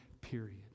period